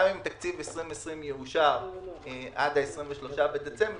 גם אם תקציב 2020 יאושר עד ה-23 בדצמבר,